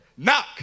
knock